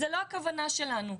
זו לא הכוונה שלנו.